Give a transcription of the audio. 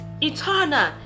eternal